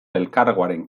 elkargoaren